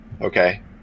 okay